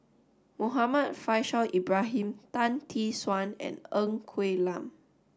Muhammad Faishal Ibrahim Tan Tee Suan and Ng Quee Lam